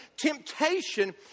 Temptation